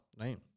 right